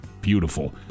Beautiful